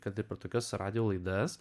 kad ir per tokias radijo laidas